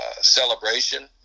celebration